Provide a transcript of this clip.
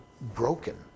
broken